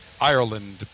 Ireland